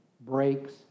breaks